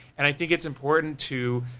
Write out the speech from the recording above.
and i think it's important to,